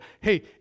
hey